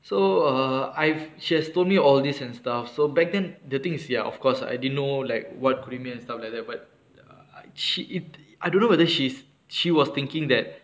so err I've she has told me all this and stuff so back then the thing is ya of course I didn't know like what criminal and stuff like that but uh I she it~ I don't know whether she's she was thinking that